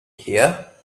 here